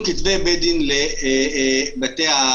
יש מרוץ סמכויות בין בתי דין לבתי משפט,